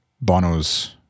Bono's